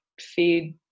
feed